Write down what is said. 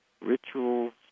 rituals